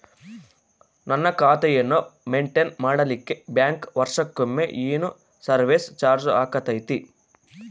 ನನ್ನ ಖಾತೆಯನ್ನು ಮೆಂಟೇನ್ ಮಾಡಿಲಿಕ್ಕೆ ಬ್ಯಾಂಕ್ ವರ್ಷಕೊಮ್ಮೆ ಏನು ಸರ್ವೇಸ್ ಚಾರ್ಜು ಹಾಕತೈತಿ?